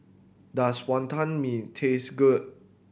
does Wonton Mee taste good